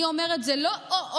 אני אומרת, זה לא או-או,